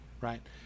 right